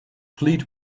plead